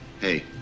Hey